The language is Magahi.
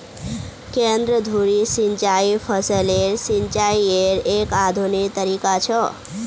केंद्र धुरी सिंचाई फसलेर सिंचाईयेर एक आधुनिक तरीका छ